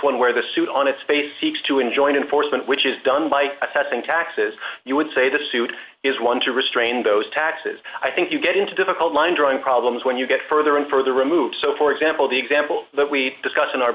one where the suit on its face seeks to enjoin enforcement which is done by assessing taxes you would say the suit is one to restrain those taxes i think you get into difficult line drawing problems when you get further and further removed so for example the example that we discuss in our